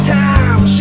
time